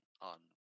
on